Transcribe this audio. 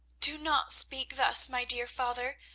do not speak thus, my dear father.